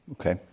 Okay